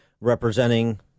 representing